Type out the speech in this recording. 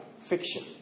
fiction